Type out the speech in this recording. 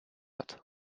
hat